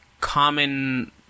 common